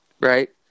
Right